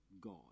God